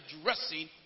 addressing